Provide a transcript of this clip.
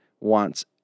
wants